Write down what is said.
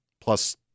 Plus